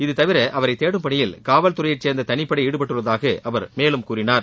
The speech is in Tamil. இதுதவிர அவரை தேடும் பணியில் காவல்துறையைச்சேர்ந்த தனிப்படை ஈடுபட்டுள்ளதாக அவர் கூறினார்